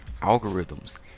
algorithms